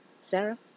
Sarah